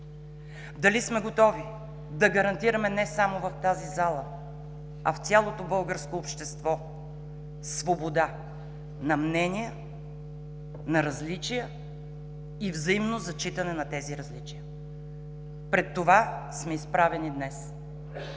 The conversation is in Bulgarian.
дали сме готови да гарантираме не само в тази зала, а в цялото българско общество свобода на мнения, на различия и взаимно зачитане на тези различия. Пред това сме изправени днес.